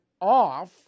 off